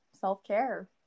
self-care